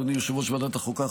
אדוני יושב-ראש ועדת החוקה,